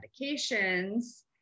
medications